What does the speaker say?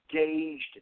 engaged